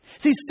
See